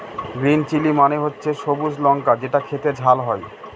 green chilli মানে হচ্ছে সবুজ লঙ্কা যেটা খেতে ঝাল হয়